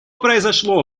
произошло